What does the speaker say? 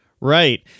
Right